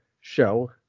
show